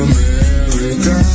America